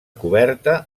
coberta